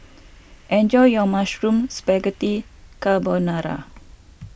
enjoy your Mushroom Spaghetti Carbonara